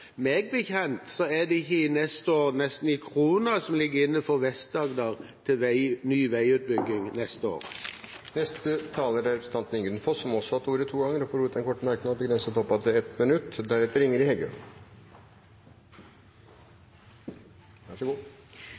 Meg bekjent er det neste år nesten ikke en krone som ligger inne for Vest-Agder til ny veiutbygging. Representanten Ingunn Foss har også hatt ordet to ganger tidligere og får ordet til en kort merknad, begrenset til 1 minutt.